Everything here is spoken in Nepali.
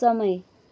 समय